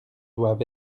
doivent